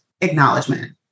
acknowledgement